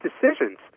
decisions